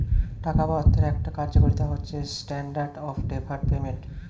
টাকা বা অর্থের একটা কার্যকারিতা হচ্ছে স্ট্যান্ডার্ড অফ ডেফার্ড পেমেন্ট